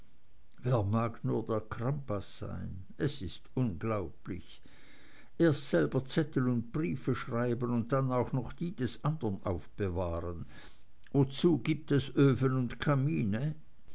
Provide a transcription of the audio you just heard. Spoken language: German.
wer mag nur der crampas sein es ist unglaublich erst selber zettel und briefe schreiben und dann auch noch die des anderen aufbewahren wozu gibt es öfen und kamine